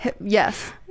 yes